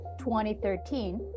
2013